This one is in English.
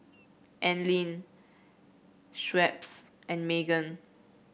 Anlene Schweppes and Megan